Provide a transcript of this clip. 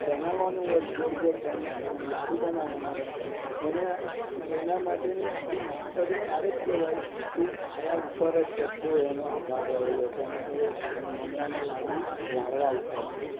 બનાવવાનો હોય ગોળ ગોળ લાડુ બનાવવાના હોય એને એના માટેની આપણી માસ્ટરી ત્યારે જ કહેવાય એ પાયા ઉપર જ બધો એનો આધાર રહેલો છે અને એ મમરાના લાડુ વાળવા ઉપર છે